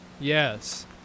Yes